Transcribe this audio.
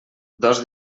dos